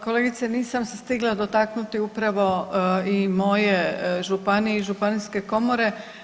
Kolegice nisam se stigla dotaknuti upravo i moje županije i županijske komore.